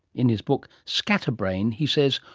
in his book, scatterbrain, he says,